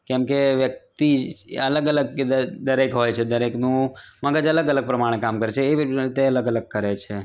કેમકે વ્યક્તિ અલગ અલગ દરેક હોય છે દરેકનું મગજ અલગ અલગ પ્રમાણે કામ કરે છે એવી રીતના તે અલગ અલગ કરે છે